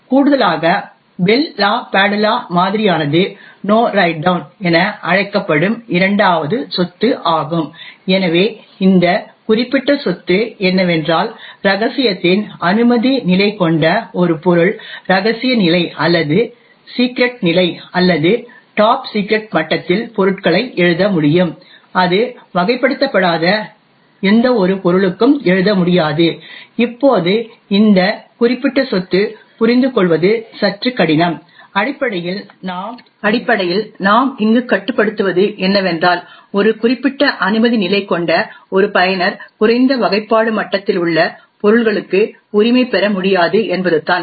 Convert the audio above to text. கூடுதலாக Bell LaPadula மாதிரியானது no write down என அழைக்கப்படும் இரண்டாவது சொத்து ஆகும் எனவே இந்த குறிப்பிட்ட சொத்து என்னவென்றால் ரகசியத்தின் அனுமதி நிலை கொண்ட ஒரு பொருள் ரகசிய நிலை அல்லது சிக்ரெட் நிலை அல்லது டாப் சிக்ரெட் மட்டத்தில் பொருட்களை எழுத முடியும் அது வகைப்படுத்தப்படாத எந்தவொரு பொருளுக்கும் எழுத முடியாது இப்போது இந்த குறிப்பிட்ட சொத்து புரிந்துகொள்வது சற்று கடினம் அடிப்படையில் நாம் இங்கு கட்டுப்படுத்துவது என்னவென்றால் ஒரு குறிப்பிட்ட அனுமதி நிலை கொண்ட ஒரு பயனர் குறைந்த வகைப்பாடு மட்டத்தில் உள்ள பொருள்களுக்கு உரிமை பெற முடியாது என்பதுதான்